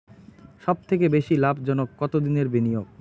সবথেকে বেশি লাভজনক কতদিনের বিনিয়োগ?